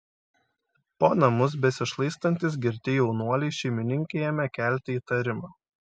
po namus besišlaistantys girti jaunuoliai šeimininkei ėmė kelti įtarimą